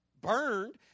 burned